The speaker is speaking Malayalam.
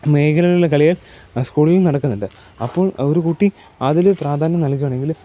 മേഖലകളിലെ കളികൾ സ്കൂളിൽ നടക്കുന്നുണ്ട് അപ്പോൾ ഒരു കുട്ടി അതിൽ പ്രാധാന്യം നൽകുകയാണെങ്കിൽ